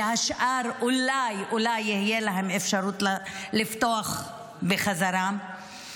ולשאר אולי אולי תהיה אפשרות לפתוח בחזרה.